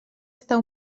estar